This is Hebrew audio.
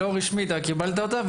לא רשמית, אבל קיבלת אותה.